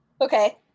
Okay